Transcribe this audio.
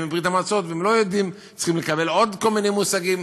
מברית-המועצות וצריכים לקבל עוד כל מיני מושגים,